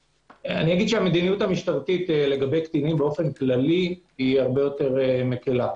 המדיניות המשטרתית לגבי קטינים באופן כללי הרבה יותר מקלה.